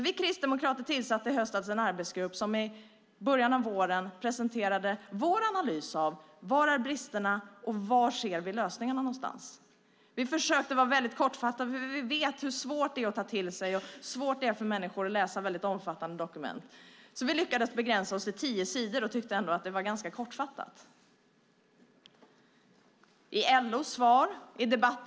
Vi kristdemokrater tillsatte i höstas en arbetsgrupp som i början av våren presenterade vår analys av var bristerna fanns och var vi såg lösningarna. Vi försökte vara väldigt kortfattade, för vi vet hur svårt det är för människor att läsa och ta till sig väldigt omfattande dokument. Vi lyckades begränsa oss till tio sidor och tyckte ändå att det var ganska kortfattat.